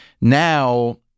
Now